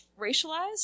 racialized